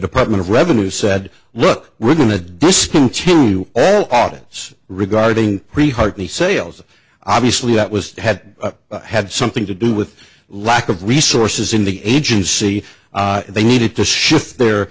department of revenue said look we're going to discontinue all audits regarding pretty hard leigh sales obviously that was had had something to do with lack of resources in the agency and they needed to shift